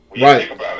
Right